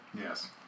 Yes